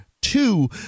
two